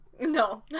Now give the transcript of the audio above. No